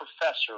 professor